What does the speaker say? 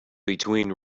between